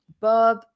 Bob